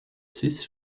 zus